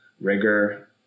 rigor